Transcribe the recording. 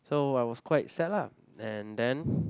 so I was quite sad lah and then